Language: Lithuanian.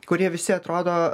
kurie visi atrodo